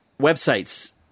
websites